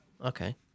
okay